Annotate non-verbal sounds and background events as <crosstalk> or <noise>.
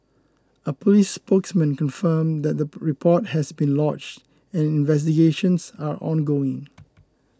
a police spokesman confirmed that the <unintelligible> report has been lodged and investigations are ongoing